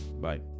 bye